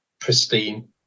pristine